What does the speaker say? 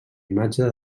imatge